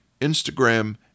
Instagram